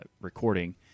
recording